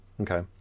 Okay